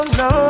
no